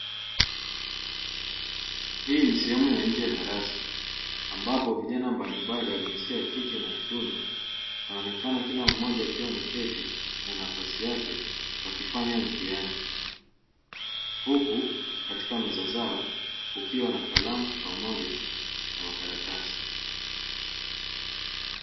Hii ni sehemu ya nje ya darasa ambapo vijana mbalimbali wa jinsia ya kike na kiume wanaonekana kila mmoja akiwa ameketi na nafasi yake wakifanya mtihani huku katika meza zao kukiwa na kalamu pamoja na makaratasi.